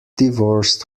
divorced